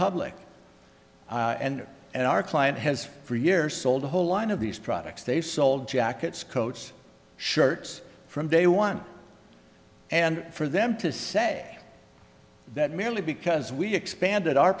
public and at our client has for years sold a whole line of these products they sold jackets coats shirts from day one and for them to say that merely because we expanded our